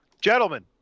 Gentlemen